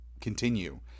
continue